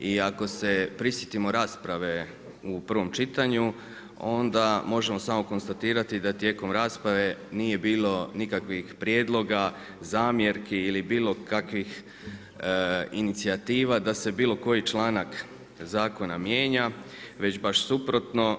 I ako se prisjetimo rasprave u prvom čitanju onda možemo samo konstatirati da tijekom rasprave nije bilo nikakvih prijedloga, zamjerki ili bilo kakvih inicijativa da se bilo koji članak zakona mijenja već baš suprotno.